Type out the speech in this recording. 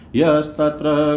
yastatra